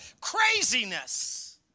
craziness